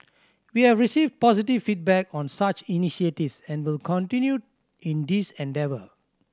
we have received positive feedback on such initiatives and will continue in this endeavour